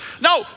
No